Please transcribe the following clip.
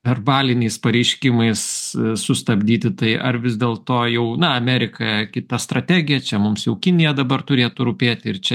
verbaliniais pareiškimais sustabdyti tai ar vis dėl to jau na amerika kita strategija čia mums jau kinija dabar turėtų rūpėti ir čia